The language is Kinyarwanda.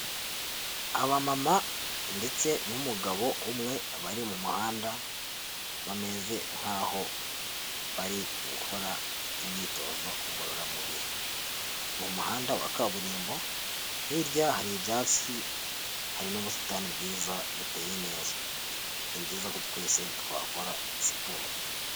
Aba mama ndetse n'umugabo umwe bari mu muhanda, bameze nkaho bari gukora imyitozo ngororamubiri, n'umuhanda wa kaburimbo hirya hari ibyatsi hari n'ubusitani bwiza buteye neza, ni byiza ko twese twakora siporo.